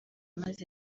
maze